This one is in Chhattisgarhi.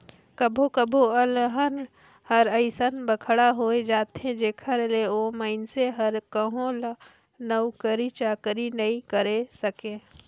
कभो कभो अलहन हर अइसन बड़खा होए जाथे जेखर ले ओ मइनसे हर कहो ल नउकरी चाकरी नइ करे सके